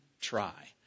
try